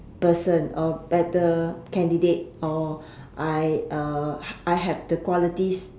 person or better candidate or I uh I have the qualities